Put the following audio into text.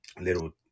little